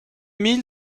mille